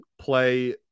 play